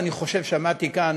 אני חושב ששמעתי כאן,